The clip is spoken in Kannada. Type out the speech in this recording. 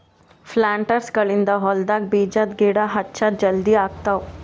ಪ್ಲಾಂಟರ್ಸ್ಗ ಗಳಿಂದ್ ಹೊಲ್ಡಾಗ್ ಬೀಜದ ಗಿಡ ಹಚ್ಚದ್ ಜಲದಿ ಆಗ್ತಾವ್